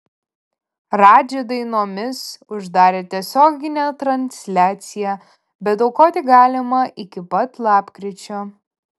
radži dainomis uždarė tiesioginę transliaciją bet aukoti galima iki pat lapkričio